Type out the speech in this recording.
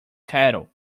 cattle